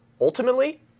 ultimately